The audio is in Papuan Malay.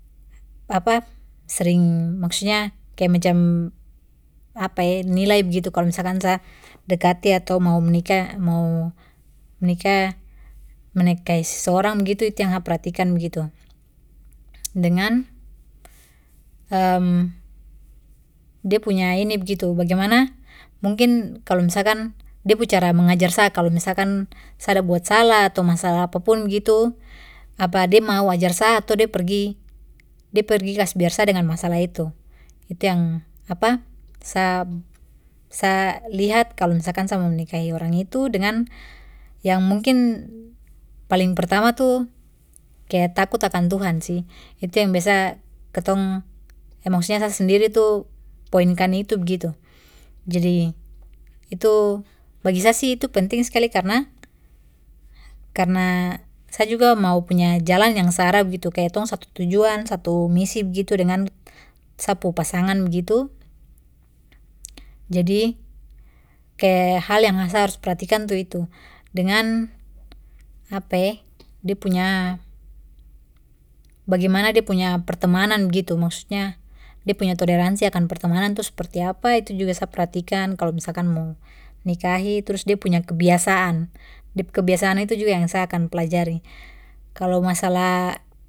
Apa sering maksudnya kaya macam nilai begitu kalo misalkan sa dekati ato mau menikah mau menikah menikahi seseorang begitu itu yang a perhatikan begitu dengan de punya ini begitu bagemana mungkin kalo misalkan de pu cara mengajar sa kalo misalkan sa ada buat salah ato masalah apapun begitu apa de mau ajar sa ato pergi de pergi kas biar sa dengan masalah itu, itu yang sa, sa lihat kalo misalkan sa mau menikahi orang itu dengan yang mungkin paling pertama tu kaya takut akan tuhan sih itu yang biasa kitong eh maksudnya sa sendiri poinkan itu begitu jadi itu bagi sa sih itu penting skali karna, karna sa juga mau punya jala yang se arah begitu kaya tong satu tujuan satu misi begitu dengan sa pu pasangan begitu jadi kaya hal yang sa harus perhatikan tu itu dengan de punya, bageman de punya pertemanan begitu maksudnya de punya toleransi akan pertemanan tu seperti apa itu juga sa perhatikan kalo misalkan mo nikahi trus de punya kebiasaan dep kebiasaan itu juga yang sa akan pelajari kalo masalah.